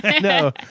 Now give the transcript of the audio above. No